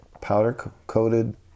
powder-coated